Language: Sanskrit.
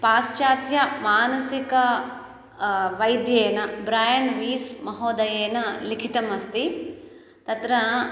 पाश्चात्य मानसिक वैद्येन ब्रेन् वीस् महोदयेन लिखितं अस्ति तत्र